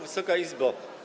Wysoka Izbo!